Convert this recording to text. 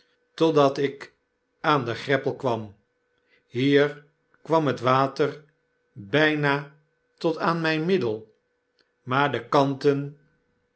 voort totdatik aan de greppel kwam hier kwam het water bpa tot aan mjjn middel maar de kanten